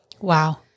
Wow